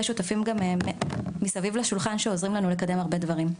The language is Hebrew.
שותפים מסביב לשולחן שעוזרים לנו לקדם הרבה דברים,